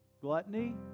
Gluttony